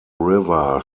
river